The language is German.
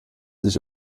sich